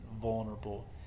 vulnerable